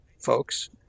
folks